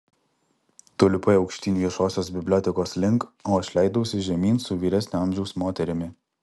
tu lipai aukštyn viešosios bibliotekos link o aš leidausi žemyn su vyresnio amžiaus moterimi